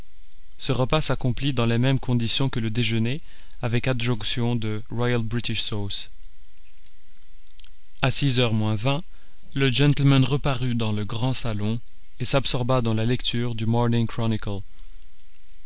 ce repas s'accomplit dans les mêmes conditions que le déjeuner avec adjonction de royal british sauce a six heures moins vingt le gentleman reparut dans le grand salon et s'absorba dans la lecture du morning chronicle